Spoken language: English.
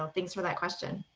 um thanks for that question.